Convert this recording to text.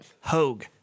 Hogue